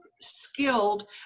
skilled